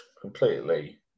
completely